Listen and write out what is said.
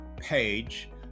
Page